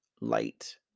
light